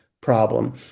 problem